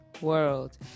world